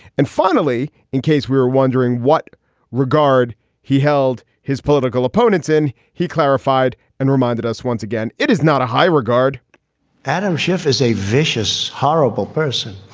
and finally, in case we were wondering what regard he held his political opponents in, he clarified and reminded us once again, it is not a high regard adam schiff is a vicious, horrible person.